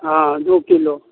हँ दू किलो